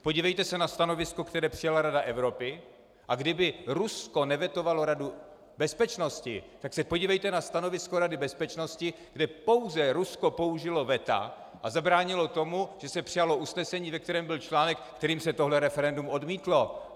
Podívejte se na stanovisko, které přijala Rada Evropy, a kdyby Rusko nevetovalo Radu bezpečnosti, tak se podívejte na stanovisko Rady bezpečnosti, kde pouze Rusko použilo veta a zabránilo tomu, že se přijalo usnesení, ve kterém byl článek, kterým se tohle referendum odmítlo.